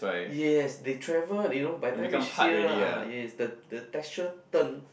yes they travel you know by time reach here ah yes the the texture turn